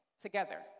together